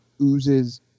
oozes